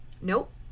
Nope